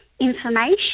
information